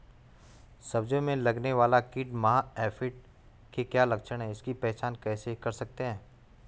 सब्जियों में लगने वाला कीट माह एफिड के क्या लक्षण हैं इसकी पहचान कैसे कर सकते हैं?